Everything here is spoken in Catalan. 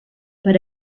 per